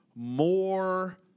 More